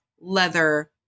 leather